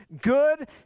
good